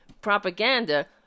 propaganda